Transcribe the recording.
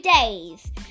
days